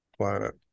planet